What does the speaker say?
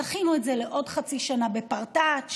דחינו את זה לעוד חצי שנה, בפרטאץ'.